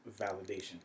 Validation